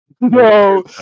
No